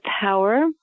power